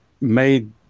made